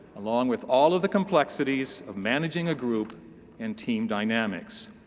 along with all of the complexities of managing a group and team dynamics.